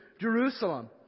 Jerusalem